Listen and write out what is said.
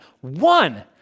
One